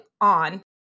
on